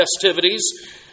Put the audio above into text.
festivities